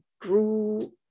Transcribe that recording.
grew